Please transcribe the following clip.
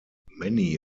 many